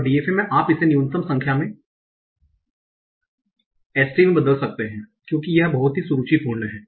और DFA में आप इसे न्यूनतम संख्या में st मे बदल सकते हैं क्यूकि यह बहुत ही सुरुचिपूर्ण है